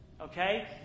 Okay